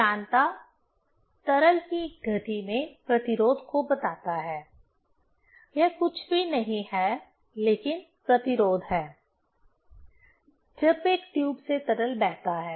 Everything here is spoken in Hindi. श्यानता तरल की गति में प्रतिरोध को बताता है यह कुछ भी नहीं है लेकिन प्रतिरोध है जब एक ट्यूब से तरल बहता है